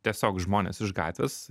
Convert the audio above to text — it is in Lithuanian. tiesiog žmones iš gatvės